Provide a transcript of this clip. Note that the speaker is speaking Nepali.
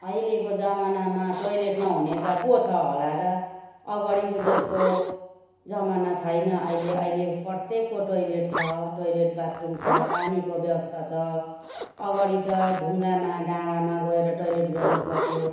अहिलेको जमानामा टोयलेट नहुने त को छ होला र अगाडिको जस्तो जमाना छैन अहिले अहिले प्रत्येकको टोयलेट छ टोयलेट बाथ रुम छ पानीको व्यवस्था छ अगाडि त ढुङ्गामा डाँडामा गएर टोयलेट गर्नु पर्थ्यो